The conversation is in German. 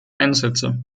einsätze